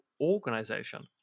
organization